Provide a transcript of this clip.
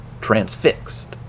transfixed